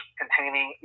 containing